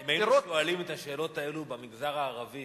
אם היינו שואלים את השאלות האלה במגזר הערבי